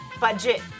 budget